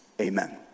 Amen